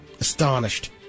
astonished